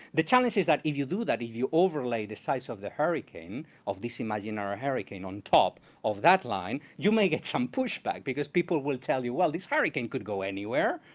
the challenge is that if you do that if you overlay the size of the hurricane, of this imaginary hurricane on top of that line, you may get some pushback, because people will tell you, well, this hurricane could go anywhere,